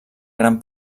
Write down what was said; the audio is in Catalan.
gran